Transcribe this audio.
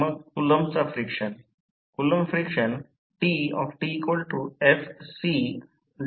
आता कमी voltage winding मध्ये प्रवाह करणे हे परिवर्तन अनुपात आहे